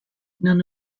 none